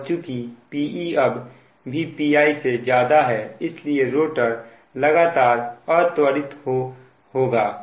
और चुकी Pe अब भी Pi से ज्यादा है इसलिए रोटर लगातार अत्वरित तो होगा